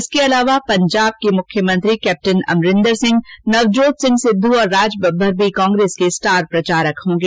इसके अलावा पंजाब के मुख्यमंत्री कैप्टन अमरिंदर सिंह नवजोत सिंह सिद्ध और राजबब्बर भी कांग्रेस के स्टार प्रचारक होंगे